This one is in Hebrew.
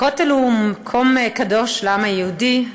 הכותל הוא מקום קדוש לעם היהודי,